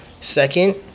Second